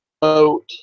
boat